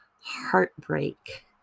Heartbreak